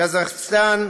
קזחסטן,